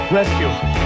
Rescue